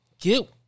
Get